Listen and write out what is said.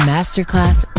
Masterclass